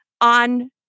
on